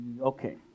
okay